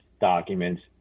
documents